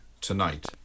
tonight